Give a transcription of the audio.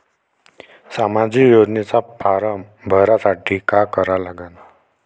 सामाजिक योजनेचा फारम भरासाठी का करा लागन?